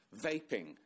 vaping